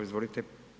Izvolite.